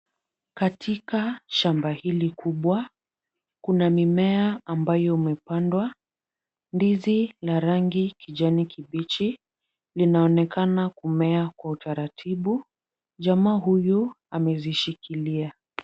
Katika shamba hili kubwa kuna mimea ambayo umepandwa. Ndizi la rangi kijani kibichi linaloonekana kumea kwa utaratibu. Jamaa huyu amezishikilia.